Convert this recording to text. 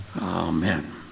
Amen